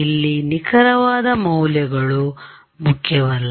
ಇಲ್ಲಿ ನಿಖರವಾದ ಮೌಲ್ಯಗಳು ಮುಖ್ಯವಲ್ಲ